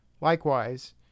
Likewise